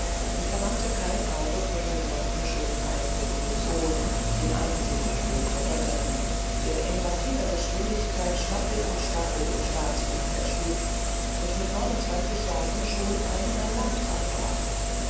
und verwandte kein auge von der blonden schönheit neben dem sohn dem einzigen vergötterten der in rapider geschwindigkeit staffel um staffel im staatsdienst erstieg und mit neunundzwanzig jahren schon ein herr landrat war